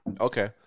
okay